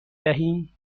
دهیم